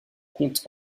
compte